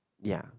ya